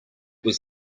was